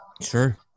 Sure